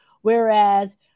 Whereas